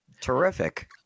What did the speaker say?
Terrific